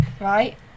Right